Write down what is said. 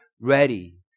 ready